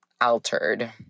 altered